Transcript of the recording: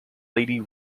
lady